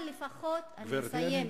אבל לפחות, אני מסיימת.